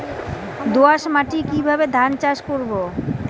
দোয়াস মাটি কিভাবে ধান চাষ করব?